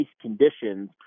conditions